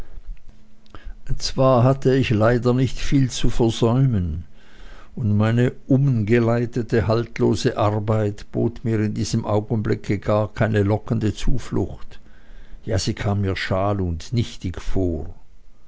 zwar hatte ich leider nicht viel zu versäumen und meine ungeleitete haltlose arbeit bot mir in diesem augenblicke gar keine lockende zuflucht ja sie kam mir schal und nichtig vor